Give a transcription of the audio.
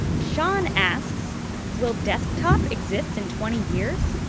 sean asks will desktop exist in twenty years?